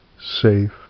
safe